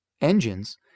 engines